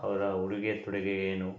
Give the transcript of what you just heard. ಅವರ ಉಡುಗೆ ತೊಡುಗೆ ಏನು